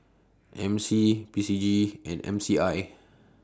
M C P C G and M C I